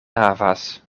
havas